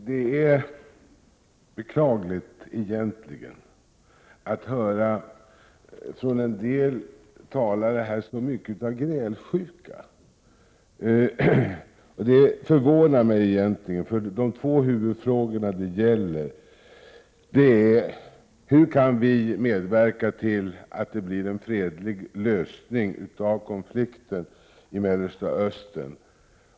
Herr talman! Det är beklagligt att höra från en del talare här så mycket av grälsjuka. Det förvånar mig egentligen, för de två huvudfrågor det gäller är: Hur kan vi medverka till att det blir en fredlig lösning av konflikten i Mellersta Östern?